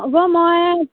হ'ব মই